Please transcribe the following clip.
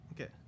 Okay